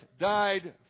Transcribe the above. died